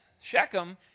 Shechem